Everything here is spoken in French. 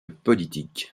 politique